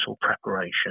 preparation